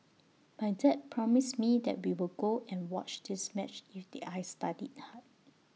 my dad promised me that we will go and watch this match if did I studied hard